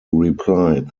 replied